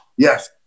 Yes